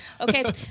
Okay